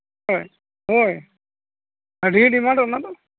ᱦᱳᱭ ᱦᱳᱭ ᱟᱹᱰᱤ ᱰᱤᱢᱟᱱᱴ ᱚᱱᱟ ᱫᱚ